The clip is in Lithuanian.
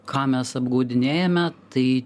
ką mes apgaudinėjame tai